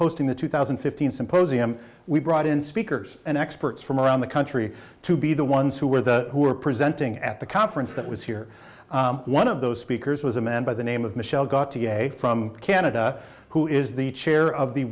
hosting the two thousand and fifteen symposium we brought in speakers and experts from around the country to be the ones who are the who are presenting at the conference that was here one of those speakers was a man by the name of michel got to from canada who is the chair of the